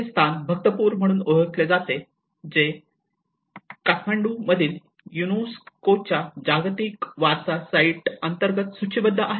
हे स्थान भक्तपूर म्हणून ओळखले जाते जे काठमांडूमधील युनेस्कोच्या जागतिक वारसा साइट अंतर्गत सूचीबद्ध आहे